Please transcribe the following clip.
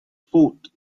fought